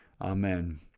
Amen